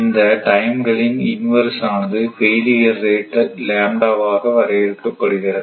இந்த டைம் களின் இன்வேர்ஸ் ஆனது ஃபெயிலுர் ரேட் ஆக வரையறுக்க படுகிறது